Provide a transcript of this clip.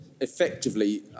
effectively